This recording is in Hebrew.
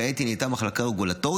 כעת היא נהייתה מחלקה רגולטורית